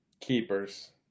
Keepers